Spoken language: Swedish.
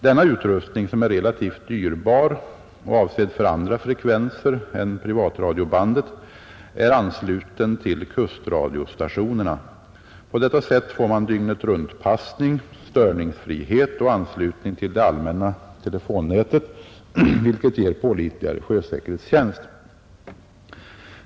Denna utrustning, som är relativt dyrbar och avsedd för andra frekvenser än privatradiobandet, är ansluten till kustradiostationerna, På detta sätt får man dygnetruntpassning, störningsfrihet och anslutning till det allmänna telefonnätet, vilket ger pålitligare sjösäkerhetstjänst.